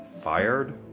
fired